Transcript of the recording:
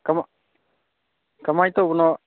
ꯀꯃꯥꯏꯅ ꯇꯧꯕꯅꯣ